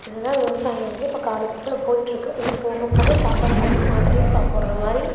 இதை தான் விவசாயம் வந்து இப்போ காலப்போக்கில் போய்ட்டுருக்கு இன்னும் போகப் போக சாப்பாடுக்கு பதிலாக மாத்திரையும் சாப்பிட்ற மாதிரி